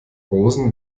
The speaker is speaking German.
rosen